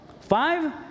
Five